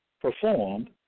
performed